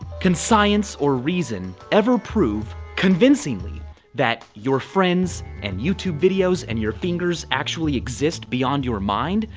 can science or reason ever prove convincingly that your friends and youtube videos and your fingers actually exist beyond your mind?